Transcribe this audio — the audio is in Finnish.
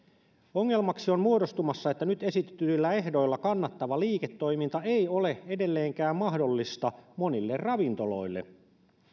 ongelmaksi on muodostumassa se että nyt esitetyillä ehdoilla kannattava liiketoiminta ei ole edelleenkään mahdollista monille ravintoloille